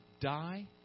die